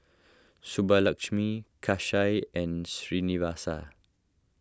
Subbulakshmi Kanshi and Srinivasa